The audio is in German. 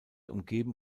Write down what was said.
umgeben